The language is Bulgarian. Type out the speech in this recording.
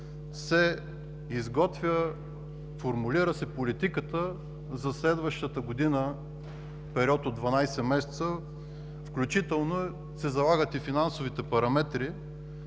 се изготвя, формулира се политиката за следващата година в период от 12 месеца, включително се залагат и финансовите параметри